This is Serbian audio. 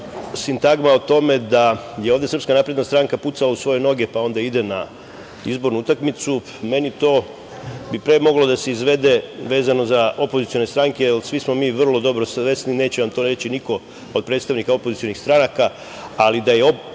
sintagma o tome da je ovde SNS pucala u svoje noge, pa onda ide na izbornu utakmicu, meni bi to pre moglo da se izvede vezano za opozicione stranke, jer svi smo mi vrlo dobro svesni, neće vam to reći niko od predstavnika opozicionih stranaka, ali da je